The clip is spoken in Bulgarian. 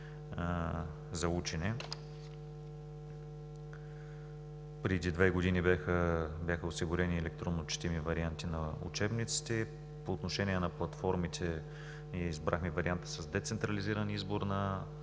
за учене. Преди две години бяха осигурени електронно четими варианти на учебниците. По отношение на платформите избрахме вариант с децентрализиран избор на